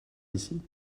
ici